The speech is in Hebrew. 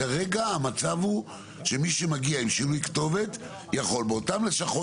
כרגע המצב הוא שמי שמגיע עם שינוי כתובת יכול באותם לשכות